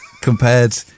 compared